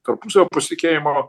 tarpusavio pasitikėjimo